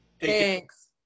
thanks